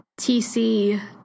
TC